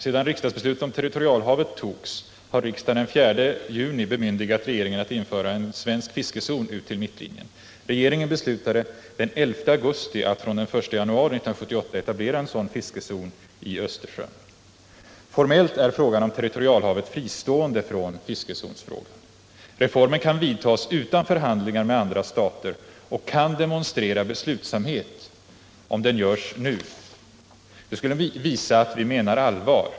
Sedan riksdagsbeslutet om territorialhavet fattades har riksdagen den 4 juni bemyndigat regeringen att införa svensk fiskezon ut till mittlinjen. Regeringen beslutade den 11 augusti att från den 1 januari 1978 etablera en sådan fiskezon i Östersjön. Formellt är frågan om territorialhavet fristående från fiskezonfrågan. Reformen kan vidtas utan förhandlingar med andra stater och kan demonstrera beslutsamhet, om den görs nu. Det skulle visa att vi menar allvar.